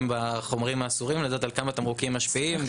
והחומרים האסורים על כמה תמרוקים משפיעים.